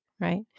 Right